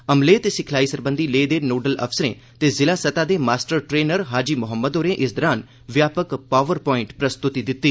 अमले ते सिखलाई सरबंधी लेह दे नोडल अफसरें ते जिला स्तह दे मास्टर ट्रेनर हाजी मोहम्मद होरें इस दौरान व्यापक पावर पवाईन्ट प्रस्तुति दित्ती